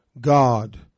God